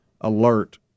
alert